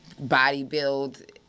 bodybuild